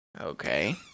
Okay